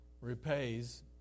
repays